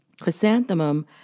Chrysanthemum